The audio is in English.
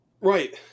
Right